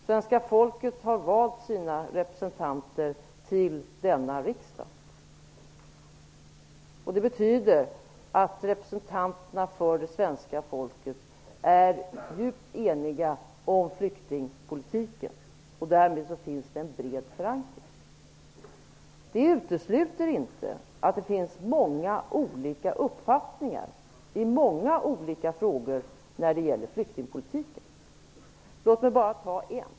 Svenska folket har valt sina representanter till denna riksdag. Det betyder att representanterna för det svenska folket är djupt eniga om flyktingpolitiken. Därmed finns det en bred förankring. Det utesluter inte att det finns många olika uppfattningar i många olika frågor när det gäller flyktingpolitiken. Låt mig bara ta en.